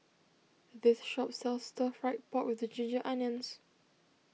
this shop sells Stir Fried Pork with Ginger Onions